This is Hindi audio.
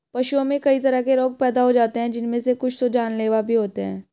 पशुओं में कई तरह के रोग पैदा हो जाते हैं जिनमे से कुछ तो जानलेवा भी होते हैं